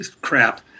crap